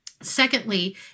Secondly